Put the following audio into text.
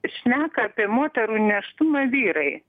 šneka apie moterų nėštumą vyrai